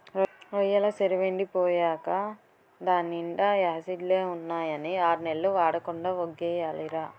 రొయ్యెల సెరువెండి పోయేకా దాన్నీండా యాసిడ్లే ఉన్నాయని ఆర్నెల్లు వాడకుండా వొగ్గియాలిరా